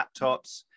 laptops